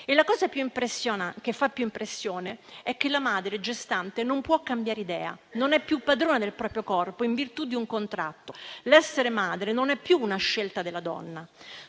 La cosa che fa più impressione è che la madre gestante non può cambiare idea, non è più padrona del proprio corpo in virtù di un contratto. L'essere madre non è più una scelta della donna.